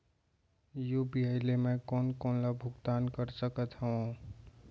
UPI ले मैं कोन कोन ला भुगतान कर सकत हओं?